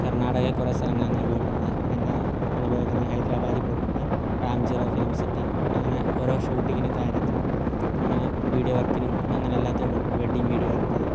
കർണാടകയിൽ കുറെ സ്ഥലങ്ങൾ അങ്ങനെ പോയിട്ടുണ്ട് പിന്നെ ഞങ്ങൾ പോയിരിക്കുന്നത് ഹൈദരാബാദ് പോയിട്ടുണ്ട് റാംജിറാവ് ഫിലിം സിറ്റി അങ്ങനെ ഓരോ ഷൂട്ടിങ്ങിനും കാര്യത്തിനും അങ്ങനെ വീഡിയോ വർക്കിനും അങ്ങനെ എല്ലാത്തിനും പോയിട്ടുണ്ട് വെഡിങ് വീഡിയോ വർക്ക്